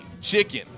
chicken